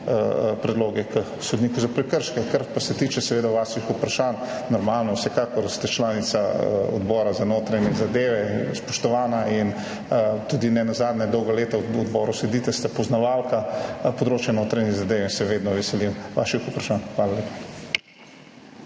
predloge sodniku za prekrške. Kar pa se tiče vaših vprašanj, normalno, vsekakor ste članica Odbora za notranje zadeve, spoštovana, in tudi nenazadnje dolga leta v odboru sedite, ste poznavalka področja notranjih zadev in se vedno veselim vaših vprašanj. Hvala